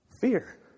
Fear